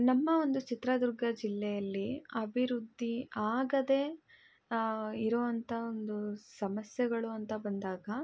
ನಮ್ಮ ಒಂದು ಚಿತ್ರದುರ್ಗ ಜಿಲ್ಲೆಯಲ್ಲಿ ಅಭಿವೃದ್ಧಿ ಆಗದೇ ಇರೋ ಅಂಥ ಒಂದು ಸಮಸ್ಯೆಗಳು ಅಂತ ಬಂದಾಗ